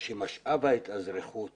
משאב ההתאזרחות